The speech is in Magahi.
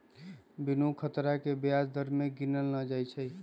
बिनु खतरा के ब्याज दर केँ गिनल न जाइ छइ